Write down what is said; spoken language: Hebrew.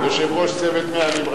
גם יושב-ראש צוות 100 הימים.